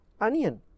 onion